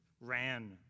ran